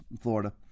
Florida